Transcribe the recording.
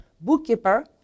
bookkeeper